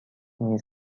نیز